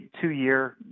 two-year